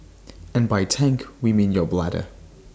and by tank we mean your bladder